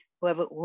whoever